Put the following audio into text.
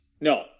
No